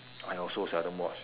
I also seldom watch